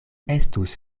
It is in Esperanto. estus